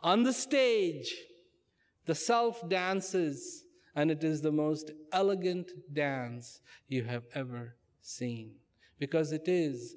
on the stage the self dances and it is the most elegant dance you have ever seen because it is